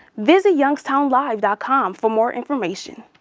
visit youngstownlive dot com for more information.